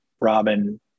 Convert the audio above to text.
Robin